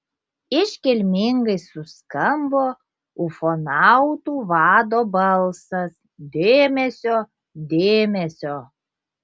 iškilmingai suskambo ufonautų vado balsas dėmesio dėmesio